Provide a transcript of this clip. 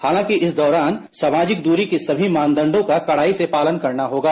हालांकि इस दौरान सामाजिक दूरी के सभी मानदंडो का कडाई से पालन करना होगा